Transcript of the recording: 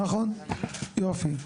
נכון, יופי.